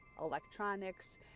Electronics